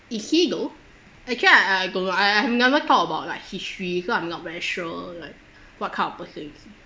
is he though actually I I don't know I I never thought about like history so I'm not very sure like what kind of person is he